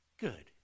Good